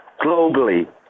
globally